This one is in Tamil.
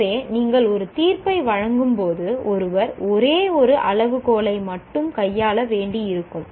எனவே நீங்கள் ஒரு தீர்ப்பை வழங்கும்போது ஒருவர் ஒரே ஒரு அளவுகோலை மட்டுமே கையாள வேண்டியிருக்கும்